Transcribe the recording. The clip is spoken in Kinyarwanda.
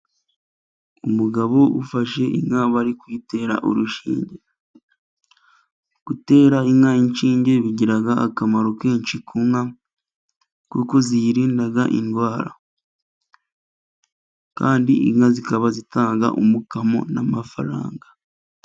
Umugabo ufashe inka bari kuyitera urushinge. Gutera inka inshinge bigira akamaro kenshi ku nka, kuko ziyirinda indwara. Kandi inka zikaba zitanga umukamo n'amafaranga.